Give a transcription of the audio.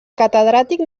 catedràtic